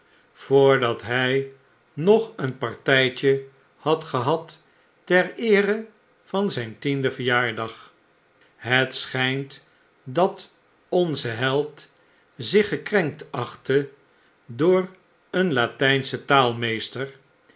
voordat hij nog een partijtje had gehad ter eere van zijn tienden verjaardag het schijnt dat onze held zich gekrenkt achtte door een latijnschen